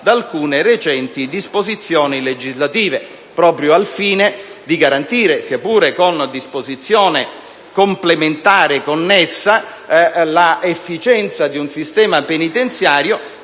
da alcune recenti disposizioni legislative, proprio al fine di garantire, sia pure con disposizione complementare connessa, l'efficienza del sistema penitenziario.